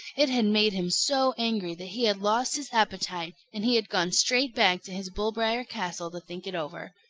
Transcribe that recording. it had made him so angry that he had lost his appetite, and he had gone straight back to his bull-briar castle to think it over.